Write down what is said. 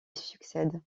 succède